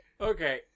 Okay